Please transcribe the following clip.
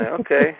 Okay